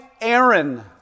Aaron